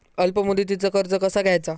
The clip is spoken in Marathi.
अल्प मुदतीचा कर्ज कसा घ्यायचा?